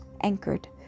anchored